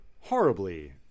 horribly